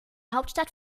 hauptstadt